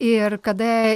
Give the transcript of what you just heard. ir kada